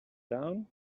down